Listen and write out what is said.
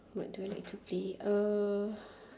what do I like to play uh